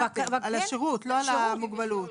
על השירות ולא על המוגבלות.